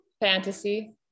fantasy